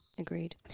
Agreed